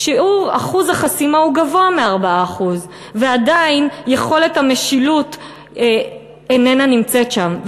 אחוז החסימה גבוה מ-4% ועדיין יכולת המשילות איננה נמצאת שם,